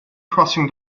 crossing